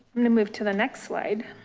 and then move to the next slide.